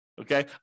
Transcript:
okay